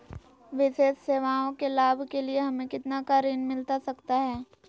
विशेष सेवाओं के लाभ के लिए हमें कितना का ऋण मिलता सकता है?